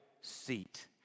seat